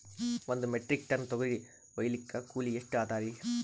ಒಂದ್ metric ton ತೊಗರಿ ಹೋಯಿಲಿಕ್ಕ ಕೂಲಿ ಎಷ್ಟ ಅದರೀ?